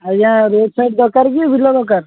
ଆଜ୍ଞା road side ଦରକାର କି ବିଲ ଦରକାର